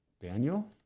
Daniel